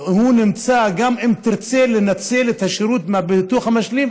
גם אם תרצה לנצל את השירות בביטוח המשלים,